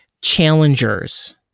challengers